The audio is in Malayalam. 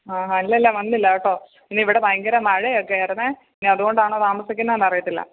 ആ ഹ ഹ അല്ലല്ല വന്നില്ലാട്ടോ ഇന്നിവിടെ ഭയങ്കര മഴയൊക്കെ ആയിരുന്നേ ഇനി അതുകൊണ്ടാണോ താമസിക്കുന്നേന്നറിയത്തില്ല